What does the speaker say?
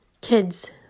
kids